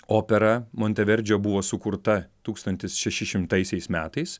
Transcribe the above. opera monteverdžio buvo sukurta tūkstantis šeši šimtaisiais metais